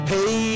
Hey